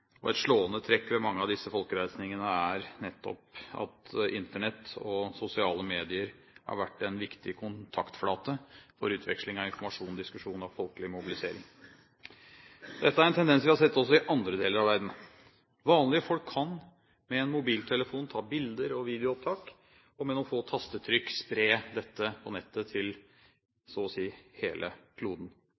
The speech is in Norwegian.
Et slående trekk ved mange av disse folkereisningene er nettopp at Internett og sosiale medier har vært en viktig kontaktflate for utveksling av informasjon, diskusjon og folkelig mobilisering. Dette er en tendens vi har sett også i andre deler av verden. Vanlige folk kan med en mobiltelefon ta bilder og videoopptak og med noen få tastetrykk spre dette på nettet til så å si hele kloden.